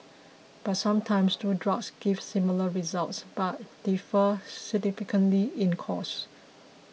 but sometimes two drugs give similar results but differ significantly in costs